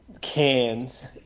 cans